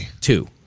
Two